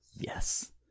yes